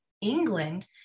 England